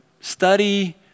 study